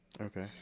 Okay